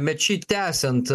mečy tęsiant